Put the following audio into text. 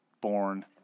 born